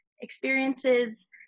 experiences